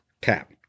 Tap